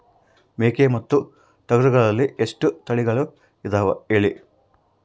ಮೇಕೆ ಮತ್ತು ಟಗರುಗಳಲ್ಲಿ ಎಷ್ಟು ತಳಿಗಳು ಇದಾವ ಹೇಳಿ?